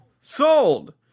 Sold